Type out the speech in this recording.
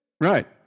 Right